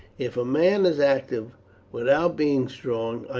if a man is active without being strong,